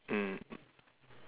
mm